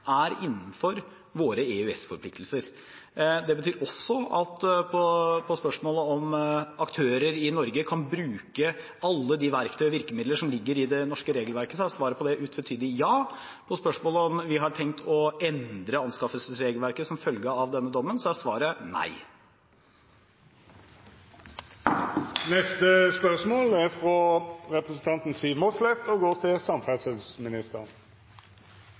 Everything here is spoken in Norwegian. er innenfor våre EØS-forpliktelser. Det betyr også at på spørsmålet om aktører i Norge kan bruke alle de verktøy og virkemidler som ligger i det norske regelverket, er svaret utvetydig ja. På spørsmålet om vi har tenkt å endre anskaffelsesregelverket som følge av denne dommen, er svaret nei. «Overføring av fylkesveiadministrasjon er